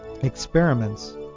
Experiments